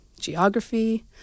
geography